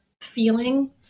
feeling